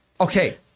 Okay